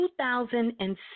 2006